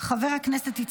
חבר הכנסת אריאל קלנר,